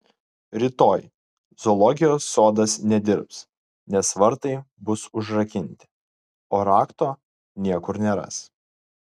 rytoj zoologijos sodas nedirbs nes vartai bus užrakinti o rakto niekur neras